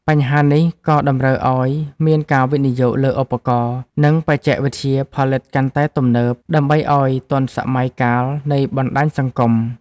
បញ្ហានេះក៏តម្រូវឱ្យមានការវិនិយោគលើឧបករណ៍ និងបច្ចេកវិទ្យាផលិតកាន់តែទំនើប ដើម្បីឱ្យទាន់សម័យកាលនៃបណ្ដាញសង្គម។